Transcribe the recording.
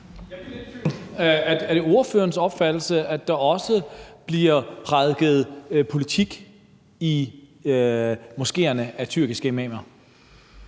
Er det ordførerens opfattelse, at der også bliver prædiket politik i moskéerne af tyrkiske imamer?